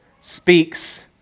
speaks